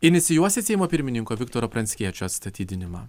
inicijuosit seimo pirmininko viktoro pranckiečio atstatydinimą